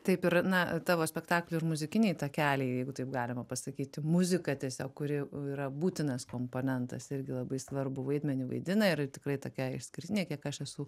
taip ir na tavo spektaklių ir muzikiniai takeliai jeigu taip galima pasakyti muzika tiesiog kuri yra būtinas komponentas irgi labai svarbų vaidmenį vaidina ir tikrai tokia išskirtinė kiek aš esu